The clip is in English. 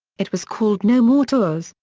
it was called no more tours,